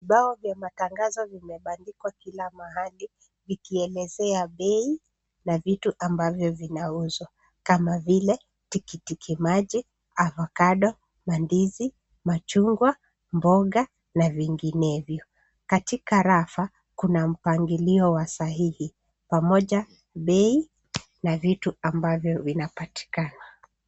Vibao vya matangazo vimetandikwa kila mahali, vikielezea bei na vitu ambavyo vinauzwa, kama vile tikitiki maji, avocado, mandizi, machungwa, mboga, na vinginevyo. Katika rafa, kuna mpangilio wa sahihi pamoja bei na vitu ambavyo vinapatikana.